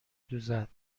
دوزد